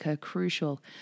crucial